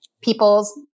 Peoples